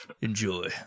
Enjoy